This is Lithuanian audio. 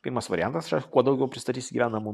pirmas variantas yra kuo daugiau pristatysi gyvenamų